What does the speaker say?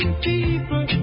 people